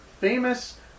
famous